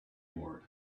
ward